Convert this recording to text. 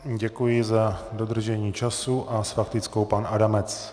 Děkuji za dodržení času a s faktickou pan Adamec.